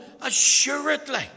assuredly